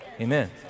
Amen